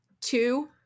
two